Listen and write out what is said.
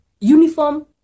Uniform